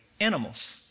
Animals